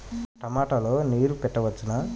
టమాట లో నీరు పెట్టవచ్చునా?